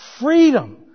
freedom